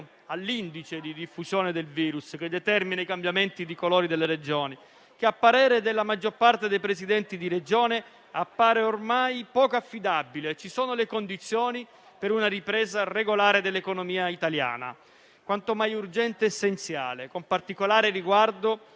all'indice di diffusione del virus, che determinano i cambiamenti dei colori delle Regioni che, a parere della maggior parte dei Presidenti di Regione, appaiono ormai poco affidabili. Ci sono le condizioni per una ripresa regolare dell'economia italiana. Essa è quanto mai urgente ed essenziale, con particolare riguardo